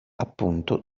appunto